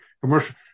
commercial